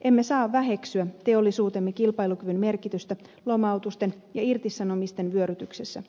emme saa väheksyä teollisuutemme kilpailukyvyn merkitystä lomautusten ja irtisanomisten vyörytyksessä